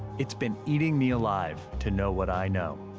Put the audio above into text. it's been eating me alive to know what i know,